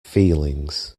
feelings